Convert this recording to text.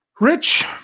Rich